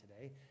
today